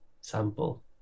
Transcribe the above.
sample